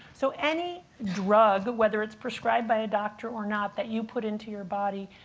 so any drug, whether it's prescribed by a doctor or not, that you put into your body,